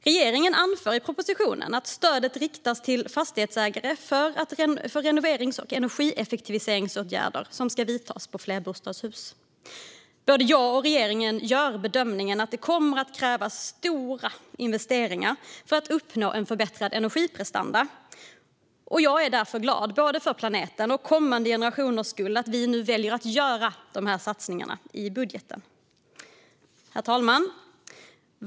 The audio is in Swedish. Regeringen anför i propositionen att stödet riktas till fastighethetsägare för renoverings och energieffektiviseringsåtgärder som ska vidtas på flerbostadshus. Både jag och regeringen gör bedömningen att det kommer att krävas stora investeringar för att uppnå en förbättrad energiprestanda. Jag är därför glad både för planetens och för kommande generationers skull att vi nu väljer att göra dessa satsningar i budgeten. Herr talman!